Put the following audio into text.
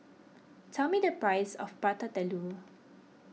tell me the price of Prata Telur